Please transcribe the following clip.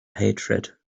hatred